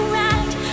right